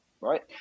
right